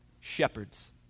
shepherds